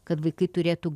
kad vaikai turėtų